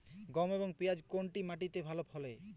গম এবং পিয়াজ কোন মাটি তে ভালো ফলে?